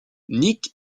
nic